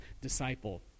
disciple